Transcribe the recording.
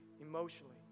emotionally